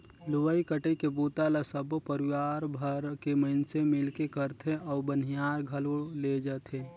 लुवई कटई के बूता ल सबो परिवार भर के मइनसे मिलके करथे अउ बनियार घलो लेजथें